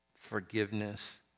forgiveness